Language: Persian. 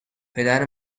پدر